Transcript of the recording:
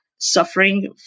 suffering